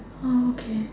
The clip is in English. oh okay